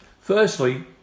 Firstly